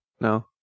No